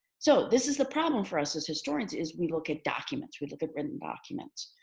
so this is the problem for us as historians is we look at documents, we look at written documents.